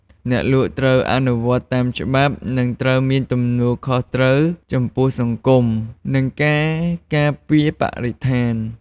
អ្នកលក់ត្រូវអនុវត្តតាមច្បាប់ និងត្រូវមានទំនួលខុសត្រូវចំពោះសង្គម និងការការពារបរិស្ថាន។